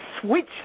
switch